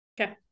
Okay